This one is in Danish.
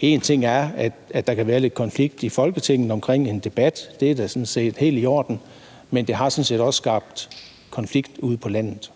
En ting er, at der kan være lidt konflikter i Folketinget i en debat – det er da sådan set helt i orden – en anden ting er, at det sådan set også har skabt konflikter ude på landet.